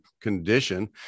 condition